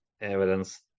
evidence